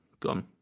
Gone